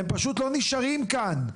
הם פשוט לא נשארים כאן.